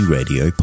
Radio